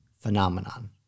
phenomenon